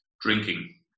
Drinking